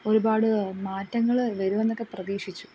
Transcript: ഒരുപാട് മാറ്റങ്ങൾ വരും എന്നൊക്കെ പ്രതീക്ഷിച്ചു